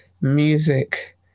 music